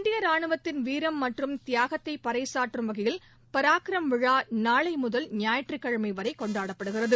இந்திய ரானுவத்தின் வீரம் மற்றும் தியாகத்தை பறைச்சாற்றும் வகையில் பராக்ரம் விழா நாளை முதல் ஞாயிற்றுக்கிழமை வரை கொண்டாடப்படுகிறது